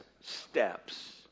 steps